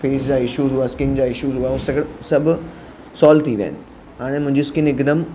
face जा issues हुआ skin जा इशूज़ हुआ हूअ सॼो सभु सोल्व थी विया आहिनि हाणे मुंहिंजी स्किन हिकदमि